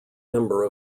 member